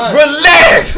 relax